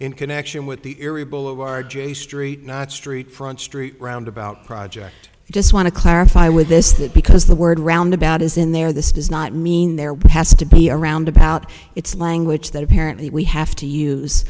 in connection with the area below are j street not street front street roundabout project i just want to clarify with this that because the word roundabout is in there this does not mean there has to be around about its language that apparently we have to use